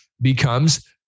becomes